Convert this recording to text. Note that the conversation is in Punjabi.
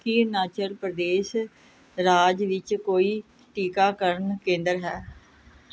ਕੀ ਅਰੁਣਾਚਲ ਪ੍ਰਦੇਸ਼ ਰਾਜ ਵਿੱਚ ਕੋਈ ਟੀਕਾਕਰਨ ਕੇਂਦਰ ਹੈ